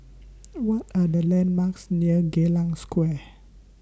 What Are The landmarks near Geylang Square